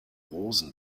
rosen